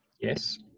yes